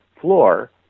floor